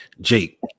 Jake